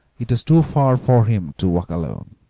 it was too far for him to walk alone,